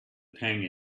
pang